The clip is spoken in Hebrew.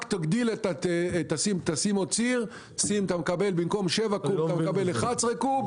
רק תשים עוד ציר, אתה תקבל במקום 7 קוב 11 קוב.